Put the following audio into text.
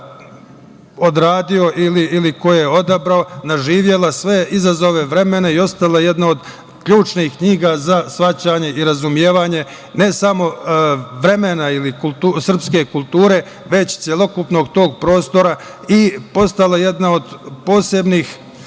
odradio ili koje je odabrao, nadživela sve izazove vremena i ostala je jedna od ključnih knjiga za shvatanje i razumevanje, ne samo vremena ili srpske kulture već celokupnog tog prostora i postala jedna od posebnih,